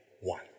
one